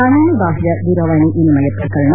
ಕಾನೂನುಬಾಹಿರ ದೂರವಾಣಿ ವಿನಿಮಯ ಪ್ರಕರಣ